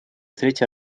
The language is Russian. третий